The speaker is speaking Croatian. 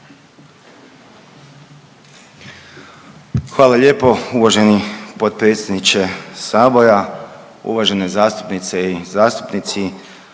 Hvala lijepo uvaženi potpredsjedniče sabora. Uvažene zastupnice i zastupnici